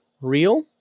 real